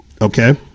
okay